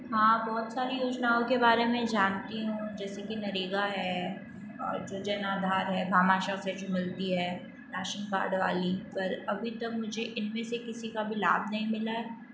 हाँ बहुत सारी योजनाओं के बारे में जानती हूँ जैसे कि नरेगा है और जो जन आधार है भामाशाह से जो मिलती है राशन कार्ड वाली पर अभी तक मुझे इनमें से किसी का भी लाभ नहीं मिला है